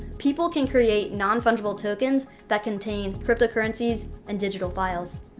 people can create non-fungible tokens that contain cryptocurrencies and digital files.